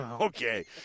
okay